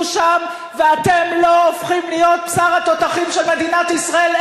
שם ואתם לא הופכים להיות בשר התותחים של מדינת ישראל,